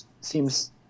seems